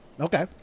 Okay